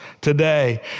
today